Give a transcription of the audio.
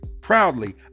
proudly